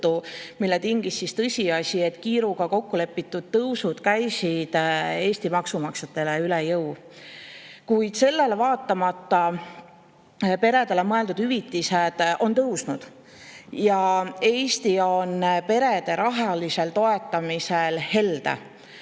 mille tingis tõsiasi, et kiiruga kokku lepitud tõusud käisid Eesti maksumaksjatele üle jõu. Sellele vaatamata on peredele mõeldud hüvitised tõusnud. Eesti on perede rahalisel toetamisel helde.